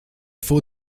faux